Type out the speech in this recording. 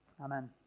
Amen